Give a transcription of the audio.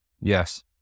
Yes